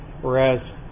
Whereas